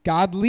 God